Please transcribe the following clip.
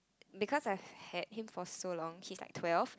because I've had him for so long he's like twelve